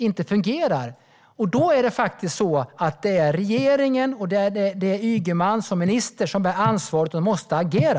Det är mycket som inte fungerar. Det är regeringen och Ygeman som minister som bär ansvaret och som måste agera.